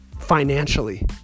financially